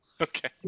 Okay